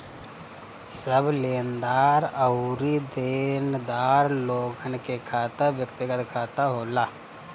सब लेनदार अउरी देनदार लोगन के खाता व्यक्तिगत खाता होला